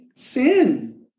sin